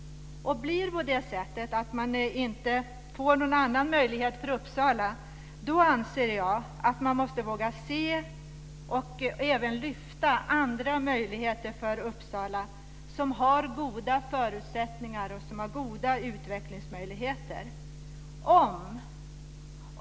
Blir det på det sättet att man inte får någon annan möjlighet för Uppsala anser jag att man måste våga se och även lyfta andra möjligheter för Uppsala, som har goda förutsättningar och goda utvecklingsmöjligheter.